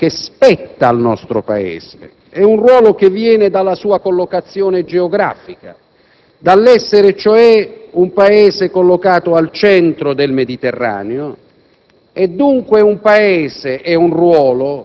In questo quadro, il ruolo che spetta al nostro Paese viene dalla sua collocazione geografica, dall'essere cioè un Paese situato al centro del Mediterraneo;